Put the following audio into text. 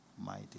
mighty